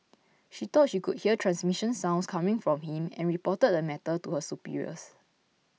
she thought she could hear transmission sounds coming from him and reported the matter to her superiors